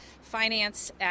finance